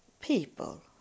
people